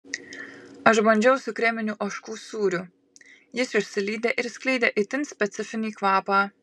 aš bandžiau su kreminiu ožkų sūriu jis išsilydė ir skleidė itin specifinį kvapą